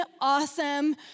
awesome